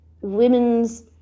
women's